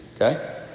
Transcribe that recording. Okay